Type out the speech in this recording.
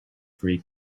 free